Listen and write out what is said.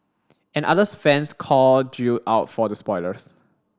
and others fans called Jill out for the spoilers